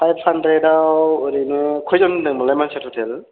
five हान्द्रेदआव ओरैनो खइजोन होनदोंमोनलाय मानसिया टटेल